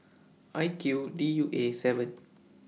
I Q D U Aseven